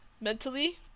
mentally